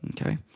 Okay